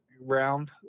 round